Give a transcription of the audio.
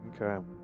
Okay